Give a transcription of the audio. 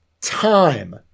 time